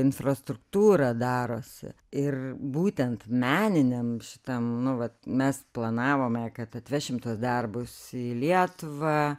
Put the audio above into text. infrastruktūra darosi ir būtent meniniam šitam nu vat mes planavome kad atvešim tuos darbus į lietuvą